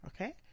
Okay